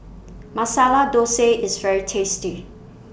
Masala Dosa IS very tasty